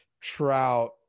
trout